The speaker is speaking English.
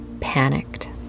panicked